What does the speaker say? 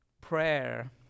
prayer